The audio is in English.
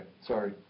Sorry